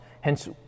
hence